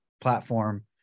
platform